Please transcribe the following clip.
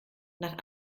nach